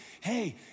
hey